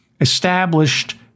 established